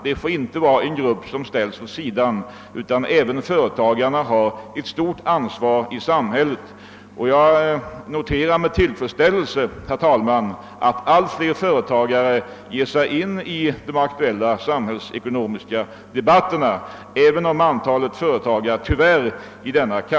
De får inte utgöra en grupp som ställer sig vid sidan om, utan även företagarna har ett stort ansvar i samhället. även om antalet företagare i denna kammare tyvärr inte är så stort, noterar jag med tillfredsställelse, herr talman, att allt flera företagare ger sig in i de aktuella samhällspolitiska debatterna.